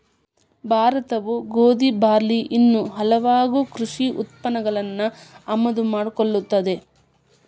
ಭಾರತವು ಗೋಧಿ, ಬಾರ್ಲಿ ಇನ್ನೂ ಹಲವಾಗು ಕೃಷಿ ಉತ್ಪನ್ನಗಳನ್ನು ಆಮದು ಮಾಡಿಕೊಳ್ಳುತ್ತದೆ